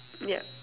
yup